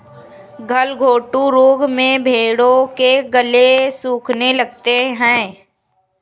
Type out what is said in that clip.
गलघोंटू रोग में भेंड़ों के गले सूखने लगते हैं